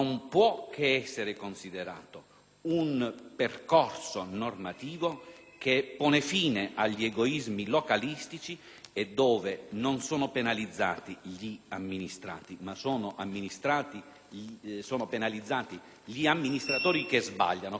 un percorso normativo che pone fine agli egoismi localistici e nel quale non sono penalizzati gli amministrati, ma gli amministratori che sbagliano. Concludo, signora Presidente,